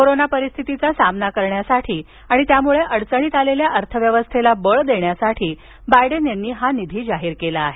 corona परिस्थितीचा सामना करण्यासाठी आणि त्यामुळं अडचणीत आलेल्या अर्थव्यवस्थेला बळ देण्यासाठी बायडेन यांनी हा निधी जाहीर केला आहे